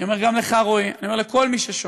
אני אומר גם לך, רועי, אני אומר לכל מי ששומע: